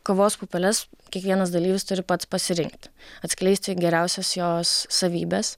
kavos pupeles kiekvienas dalyvis turi pats pasirinkti atskleisti geriausias jos savybes